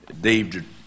Dave